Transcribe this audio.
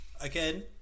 Again